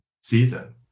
season